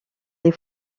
les